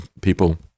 people